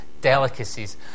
delicacies